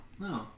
No